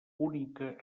única